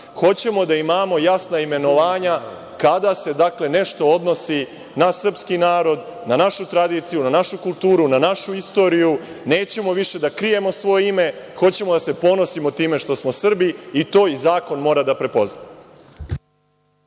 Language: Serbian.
Hoćemo da imamo jasna imenovanja kada se nešto odnosi na srpski narod, na našu tradiciju, na našu kulturu, na našu istoriju. Nećemo više da krijemo svoje ime. Hoćemo da se ponosimo time što smo Srbi i to i zakon mora da prepozna.